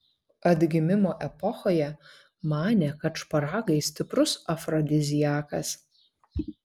atgimimo epochoje manė kad šparagai stiprus afrodiziakas